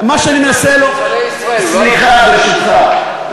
על שונאי ישראל, לא על, סליחה, ברשותך.